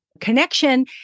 connection